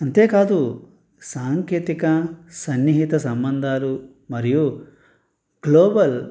అంతేకాదు సాంకేతిక సన్నిహిత సంబంధాలు మరియు గ్లోబల్